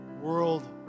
world